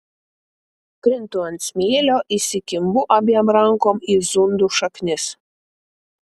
krintu ant smėlio įsikimbu abiem rankom į zundų šaknis